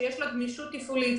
שיש לה גמישות תפעולית,